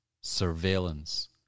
Surveillance